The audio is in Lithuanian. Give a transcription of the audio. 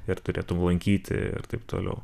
ir turėtum lankyti ir taip toliau